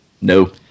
no